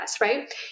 right